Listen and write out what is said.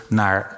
naar